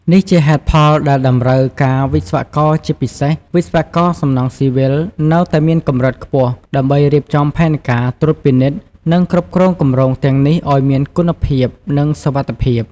នេះជាហេតុផលដែលតម្រូវការវិស្វករ ជាពិសេស វិស្វករសំណង់ស៊ីវិល នៅតែមានកម្រិតខ្ពស់ ដើម្បីរៀបចំផែនការ ត្រួតពិនិត្យ និងគ្រប់គ្រងគម្រោងទាំងនេះឱ្យមានគុណភាព និងសុវត្ថិភាព។